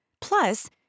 Plus